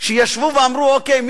שישבו ואמרו: אוקיי,